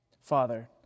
Father